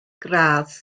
gradd